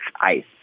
ICE